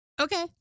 Okay